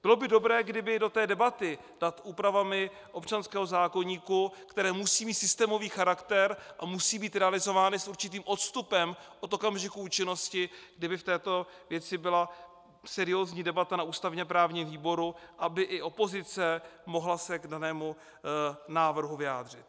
Bylo by dobré, kdyby do debaty nad úpravami občanského zákoníku, které musí mít systémový charakter a musí být realizovány s určitým odstupem od okamžiku účinnosti, kdyby v této věci byla seriózní debata na ústavněprávním výboru, aby i opozice se mohla k danému návrhu vyjádřit.